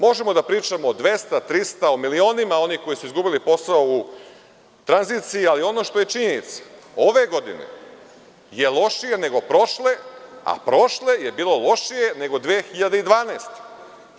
Možemo da pričamo o 200, 300, o milionima onih koji su izgubili posao u tranziciji, ali ono što je činjenica ove godine je lošije nego prošle, a prošle je bilo lošije nego 2012. godine.